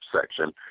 section